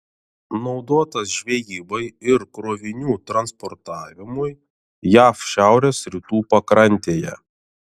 naudotas žvejybai ir krovinių transportavimui jav šiaurės rytų pakrantėje